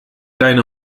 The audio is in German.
deine